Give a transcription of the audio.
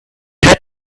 had